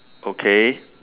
okay